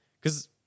Because-